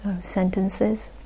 sentences